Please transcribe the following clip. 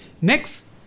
Next